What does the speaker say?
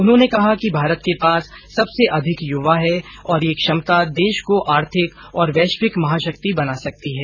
उन्होंने कहा कि भारत के पास सबसे अधिक युवा है और ये क्षमता देश को आर्थिक और वैश्विक महाशक्ति बना सकती है